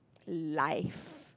life